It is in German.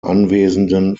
anwesenden